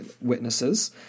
witnesses